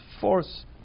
force